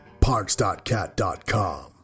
parks.cat.com